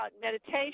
meditation